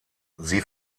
sie